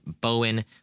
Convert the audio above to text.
Bowen